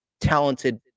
talented